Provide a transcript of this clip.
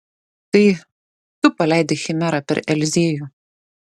tai tu paleidai chimerą per eliziejų